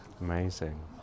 Amazing